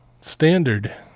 standard